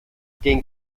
den